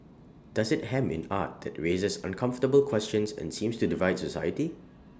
does IT hem in art that raises uncomfortable questions and seems to divide society